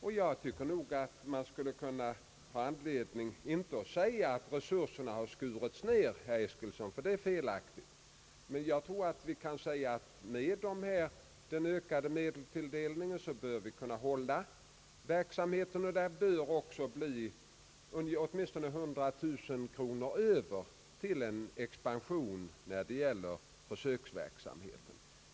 Man skulle nog kunna ha anledning att säga inte att resurserna har skurits ned — det är felaktigt, herr Eskilsson — men att vi med den ökade medelstilldelningen bör kunna fortsätta verksamheten och att det bör kunna bli åtminstone 100 000 kronor över till en expansion när det gäller försöksverksamheten.